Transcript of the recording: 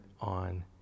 on